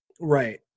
Right